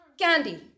Candy